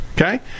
okay